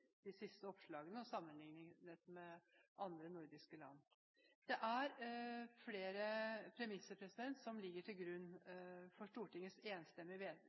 de siste oppslagene er i dag, også sammenlignet med andre nordiske land. Det er flere premisser som ligger til grunn for Stortingets enstemmige